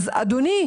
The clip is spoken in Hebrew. אדוני,